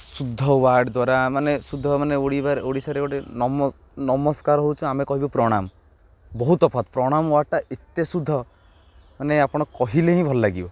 ଶୁଦ୍ଧ ୱାର୍ଡ଼୍ ଦ୍ୱାରା ମାନେ ଶୁଦ୍ଧ ମାନେ ଓଡ଼ିଶାରେ ଗୋଟେ ମାନେ ନମସ୍କାର ହେଉଛୁ ଆମେ କହିବୁ ପ୍ରଣାମ ବହୁତ ତଫାତ୍ ପ୍ରଣାମ ୱାର୍ଡ଼୍ଟା ଏତେ ଶୁଦ୍ଧ ମାନେ ଆପଣ କହିଲେ ହିଁ ଭଲ ଲାଗିବ